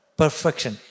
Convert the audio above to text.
perfection